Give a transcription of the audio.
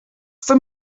from